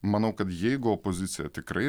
manau kad jeigu opozicija tikrai